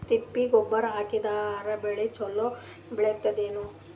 ತಿಪ್ಪಿ ಗೊಬ್ಬರ ಹಾಕಿದರ ಬೆಳ ಚಲೋ ಬೆಳಿತದೇನು?